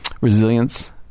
resilience